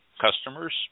customers